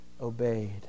obeyed